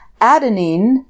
adenine